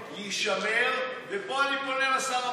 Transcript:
אני אומר, אדוני שר המשפטים,